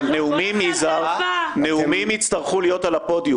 אבל נאומים יצטרכו להיות על הפודיום.